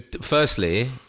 firstly